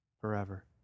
forever